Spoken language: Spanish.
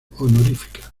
honorífica